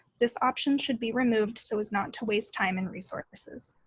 this option should be removed so as not to waste time and resources.